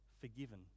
forgiven